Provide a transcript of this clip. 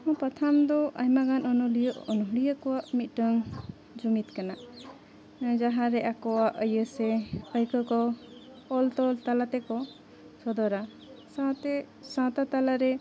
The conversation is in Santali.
ᱯᱚᱛᱷᱟᱢ ᱫᱚ ᱟᱭᱢᱟᱜᱟᱱ ᱚᱱᱞᱤᱭᱟᱹ ᱚᱱᱲᱦᱤᱭᱟᱹ ᱠᱚᱣᱟᱜ ᱢᱤᱫᱴᱟᱹᱝ ᱡᱩᱢᱤᱫ ᱠᱟᱱᱟ ᱡᱟᱦᱟᱸᱨᱮ ᱟᱠᱚᱣᱟᱜ ᱤᱭᱟᱹ ᱥᱮ ᱟᱭᱠᱟᱹᱣ ᱠᱚ ᱚᱞ ᱛᱚᱞ ᱛᱟᱞᱟ ᱛᱮᱠᱚ ᱥᱚᱫᱚᱨᱟ ᱥᱟᱶᱛᱮ ᱥᱟᱶᱛᱟ ᱛᱟᱞᱟᱨᱮ